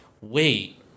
wait